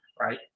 right